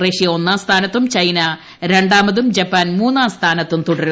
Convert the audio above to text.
Russia ഒന്നാം സ്ഥാനത്തും China ര ാമതും ജപ്പാൻ മൂന്നാം സ്ഥാനത്തും തുടരുന്നു